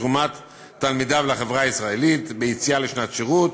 בתרומת תלמידיו לחברה הישראלית, ביציאה לשנת שירות